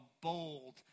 bold